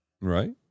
Right